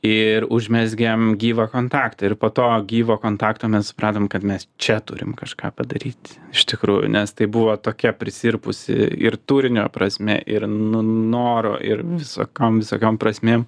ir užmezgėme gyvą kontaktą ir po to gyvo kontakto mes supratom kad mes čia turim kažką padaryt iš tikrųjų nes tai buvo tokia prisirpusi ir turinio prasme ir nu noro ir visokiom visokiom prasmėm